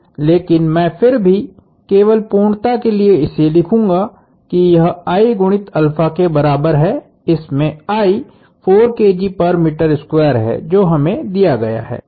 लेकिन मैं फिर भी केवल पूर्णता के लिए इसे लिखूंगा कि यह I गुणित के बराबर है इसमें I है जो हमें दिया गया है